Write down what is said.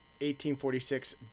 1846